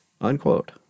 unquote